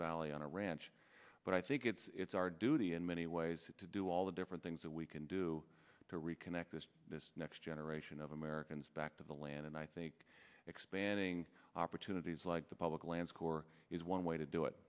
valley on a ranch but i think it's our duty in many ways to do all the different things that we can do to reconnect this next generation of americans back to the land and i think expanding opportunities like the public land score is one way to do it